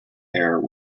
error